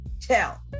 tell